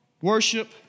worship